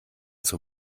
zur